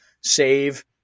save